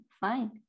fine